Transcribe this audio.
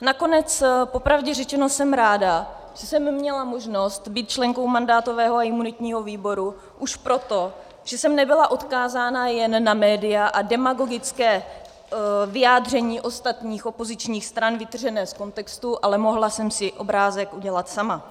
Nakonec popravdě řečeno jsem ráda, že jsem měla možnost být členkou mandátového a imunitního výboru, už proto, že jsem nebyla odkázána jen na média a demagogická vyjádření ostatních opozičních stran vytržená z kontextu, ale mohla jsem si obrázek udělat sama.